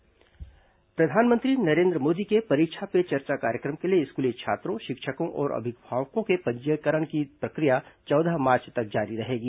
परीक्षा पे चर्चा प्रधानमंत्री नरेन्द्र मोदी के परीक्षा पे चर्चा कार्यक्रम के लिए स्कूली छात्रों शिक्षकों और अभिभावकों के पंजीकरण की प्रक्रिया चौदह मार्च तक जारी रहेगी